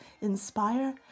inspire